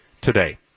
today